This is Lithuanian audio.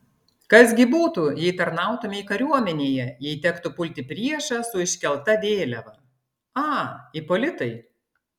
kas gi būtų jei tarnautumei kariuomenėje jei tektų pulti priešą su iškelta vėliava a ipolitai